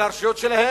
הרשויות שלהם,